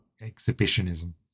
Exhibitionism